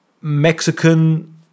Mexican